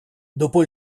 dopo